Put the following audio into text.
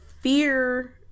fear